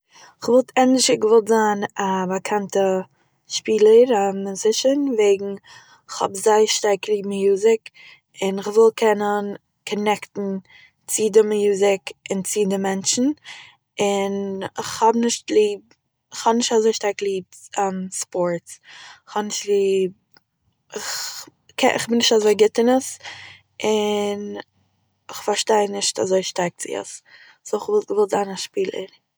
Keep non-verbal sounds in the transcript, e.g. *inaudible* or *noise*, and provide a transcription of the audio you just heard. כ'וואלט ענדערשער געוואלט זיין א באקאנטע שפילער, א מיוזישן וועגן, איך האב זייער שטארק ליב מיוזיק, און איך וויל קענען קאנעקטן צו די מיוזיק און צו די מענטשן, און איך האב נישט ליב- איך האב נישט אזוי שטארק ליב *hesitation* ספארטס, כ'האב נישט ליב *hesitation* איך בין נישט אזוי גוט אין עס, און איך פארשטיי נישט און איך פארשטיי נישט אזוי שטארק צו עס, סו איך וואלט געוואלט זיין א שפילער